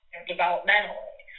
developmentally